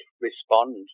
respond